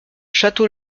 château